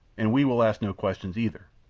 and we will ask no questions either.